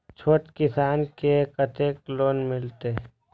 छोट किसान के कतेक लोन मिलते?